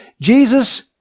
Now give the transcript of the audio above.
Jesus